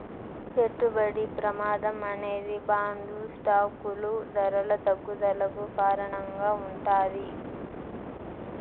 పెట్టుబడి ప్రమాదం అనేది బాండ్లు స్టాకులు ధరల తగ్గుదలకు కారణంగా ఉంటాది